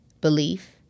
belief